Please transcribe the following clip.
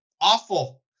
awful